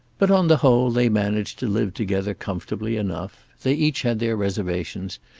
but, on the whole, they managed to live together comfortably enough. they each had their reservations,